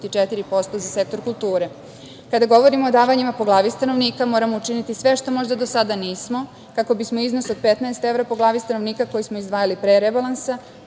1,34% za sektora kulture. Kada govorimo o davanjima po glavi stanovnika, moramo učiniti sve što možda do sada nismo, kako bismo iznos od 15 evra po glavi stanovnika koji smo izdvajali pre rebalansa